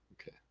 okay